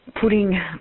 putting